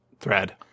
thread